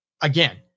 again